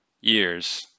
years